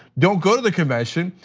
don't go to the convention.